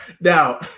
Now